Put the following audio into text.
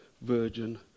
virgin